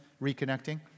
reconnecting